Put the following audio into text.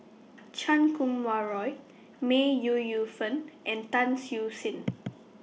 Chan Kum Wah Roy May Ooi Yu Fen and Tan Siew Sin